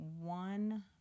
one